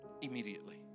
immediately